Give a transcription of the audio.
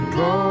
go